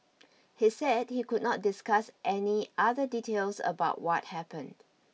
he said he could not discuss any other details about what happened